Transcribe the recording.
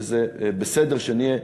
וזה בסדר שנהיה,